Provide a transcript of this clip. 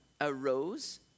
arose